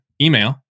email